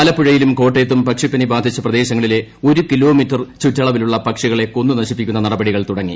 ആലപ്പുഴയിലും കോട്ടയത്തും പക്ഷിപ്പനി ബാധിച്ച പ്രദേശങ്ങളിലെ ഒരു കിലോമീറ്റർ ചുറ്റളവിലുള്ള പക്ഷികളെ കൊന്നു നശിപ്പിക്കുന്ന നടപടികൾ തുടങ്ങി